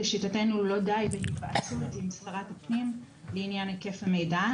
לשיטתנו לא די בהיוועצות עם שרת הפנים לעניין היקף המידע,